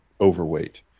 overweight